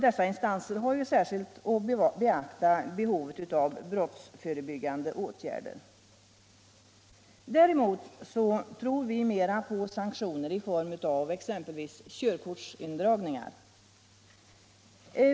Dessa instanser har ju särskilt att beakta behovet av brottsförebyggande åtgärder. Däremot tror vi mera på sanktioner i form av exempelvis körkortsindragningar.